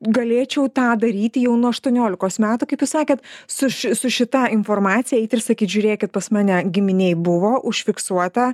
galėčiau tą daryti jau nuo aštuoniolikos metų kaip jūs sakėt su ši su šita informacija eit ir sakyt žiūrėkit pas mane giminėj buvo užfiksuota